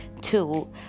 Two